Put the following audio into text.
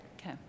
Okay